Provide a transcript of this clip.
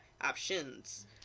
options